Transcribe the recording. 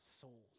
souls